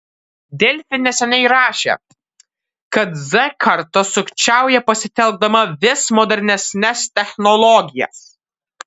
delfi neseniai rašė kad z karta sukčiauja pasitelkdama vis modernesnes technologijas